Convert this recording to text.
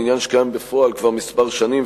עניין שקיים בפועל כבר כמה שנים,